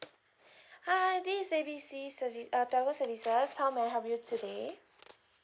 hi this is A B C service uh telco services how may I help you today